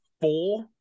four